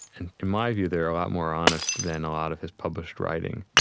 and in my view, they're a lot more honest than a lot of his published writing.